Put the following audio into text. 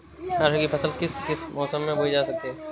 अरहर की फसल किस किस मौसम में बोई जा सकती है?